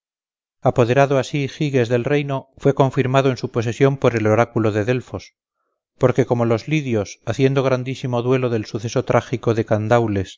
apoderado así giges del reino fue confirmado en su posesión por el oráculo de delfos porque como los lydios haciendo grandísimo duelo del suceso trágico de candaules